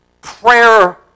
prayer